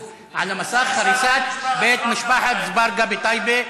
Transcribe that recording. על המסך: הריסת בית משפחת אזברגה בטייבה,